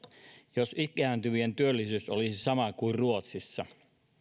jos ikääntyvien työllisyys olisi sama kuin ruotsissa